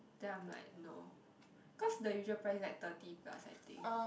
then I'm like no cause the usual price like thirty plus I think